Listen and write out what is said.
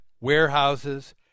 warehouses